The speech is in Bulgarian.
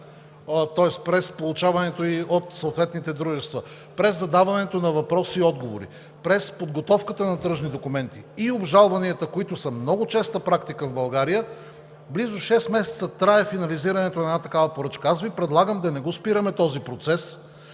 през получаването ѝ от съответните дружества, през задаването на въпросите и отговорите, през подготовката на тръжните документи и обжалванията, които са много честа практика в България, тоест близо шест месеца трае финализирането на една такава поръчка. Предлагам Ви да не спираме този процес,